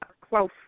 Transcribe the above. close